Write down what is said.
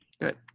Good